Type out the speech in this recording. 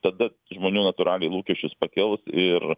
tada žmonių natūraliai lūkesčius pakels ir